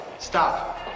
Stop